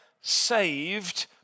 saved